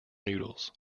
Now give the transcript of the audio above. noodles